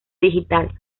digital